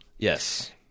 Yes